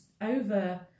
over